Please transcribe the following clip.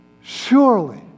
surely